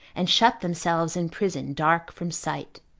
and shut themselves in prison dark from sight.